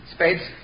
Spades